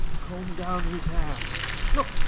combe downe his haire looke,